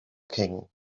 king